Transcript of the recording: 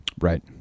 right